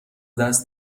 دست